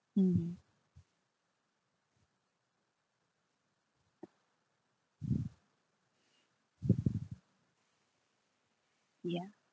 mm ya